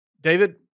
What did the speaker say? David